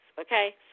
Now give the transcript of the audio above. okay